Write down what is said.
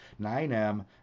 9M